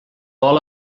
all